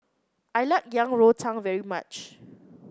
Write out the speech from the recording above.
I like Yang Rou Tang very much